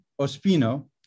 Ospino